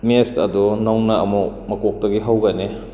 ꯃꯦꯁ ꯑꯗꯣ ꯅꯧꯅ ꯑꯃꯨꯛ ꯃꯀꯣꯛꯇꯒꯤ ꯍꯧꯒꯅꯤ